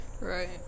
Right